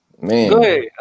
Man